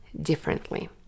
differently